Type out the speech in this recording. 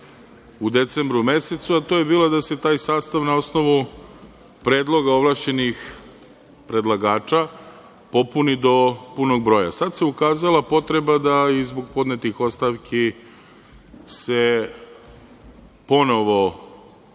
u decembru mesecu, a to je bilo da se taj sastav, na osnovu predloga ovlašćenih predlagača, popuni do punog broja. Sada se ukazala potreba da i zbog podnetih ostavki se ponovo